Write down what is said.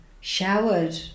showered